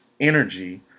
energy